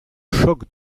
choc